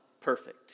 perfect